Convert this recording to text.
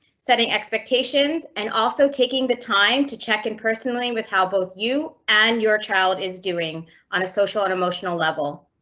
setting expectations and also taking the time to check in personally with how both you and your child are doing on a social and emotional level